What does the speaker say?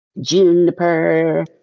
Juniper